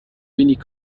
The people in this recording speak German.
wenig